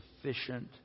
sufficient